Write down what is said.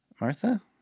Martha